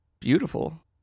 Beautiful